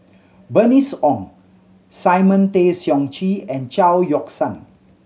Bernice Ong Simon Tay Seong Chee and Chao Yoke San